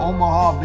Omaha